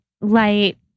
light